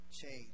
change